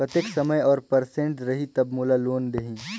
कतेक समय और परसेंट रही तब मोला लोन देही?